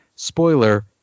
Spoiler